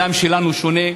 הדם שלנו שונה?